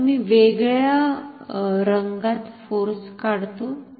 तर मी वेगळ्या रंगात फोर्स काढतो